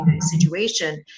situation